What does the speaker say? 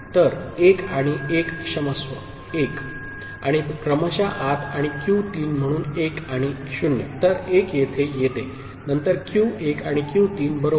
तर 1 आणि 1 क्षमस्व 1 आणि क्रमशः आत आणि क्यू 3 म्हणून 1 आणि 0तर 1 येथे येते नंतर क्यू 1 आणि क्यू 3 बरोबर